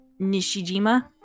Nishijima